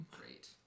Great